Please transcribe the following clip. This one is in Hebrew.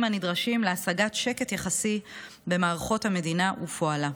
הנדרשים להשגת שקט יחסי במערכות המדינה ופועלה.